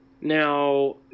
Now